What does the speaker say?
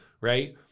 right